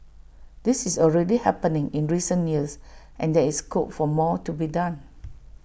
this is already happening in recent years and there is scope for more to be done